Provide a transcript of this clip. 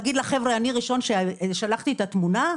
להגיד לחבר'ה: אני הראשון ששלחתי את התמונה?